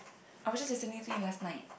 I was just listening to it last night